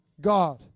God